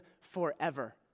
forever